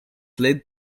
led